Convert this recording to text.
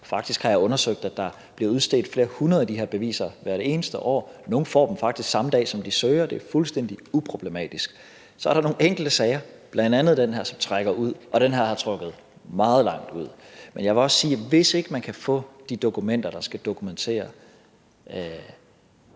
Faktisk har jeg undersøgt det, og der bliver udstedt flere hundrede af de her beviser hvert eneste år, nogle får dem faktisk samme dag, som de søger, det er fuldstændig udproblematisk. Så er der nogle enkelte sager, bl.a. den her, som trækker ud, og den her er trukket meget langt ud, men jeg vil også sige, at hvis ikke man kan få de dokumenter, der skal dokumentere,